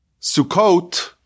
Sukkot